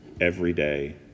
everyday